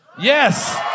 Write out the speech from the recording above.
Yes